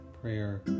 prayer